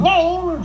Name